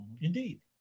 Indeed